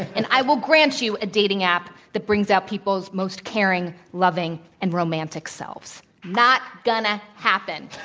and i will grant you a dating app that brings out people's most caring, loving, and romantic selves. not gonna happen.